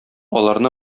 аларны